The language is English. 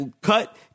cut